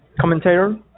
commentator